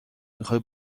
میخوای